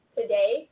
today